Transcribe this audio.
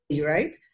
right